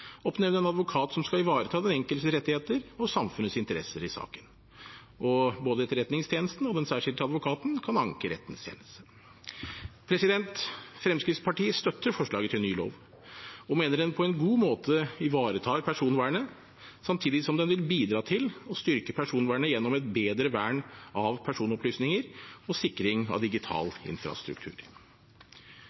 oppnevne en advokat som skal ivareta den enkeltes rettigheter og samfunnets interesser i saken. Både Etterretningstjenesten og den særskilte advokaten kan anke rettens kjennelse. Fremskrittspartiet støtter forslaget til ny lov og mener den på en god måte ivaretar personvernet, samtidig som den vil bidra til å styrke personvernet gjennom et bedre vern av personopplysninger og sikring av digital infrastruktur.